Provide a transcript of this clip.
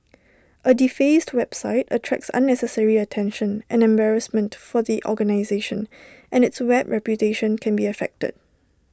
A defaced website attracts unnecessary attention and embarrassment for the organisation and its web reputation can be affected